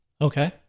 Okay